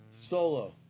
solo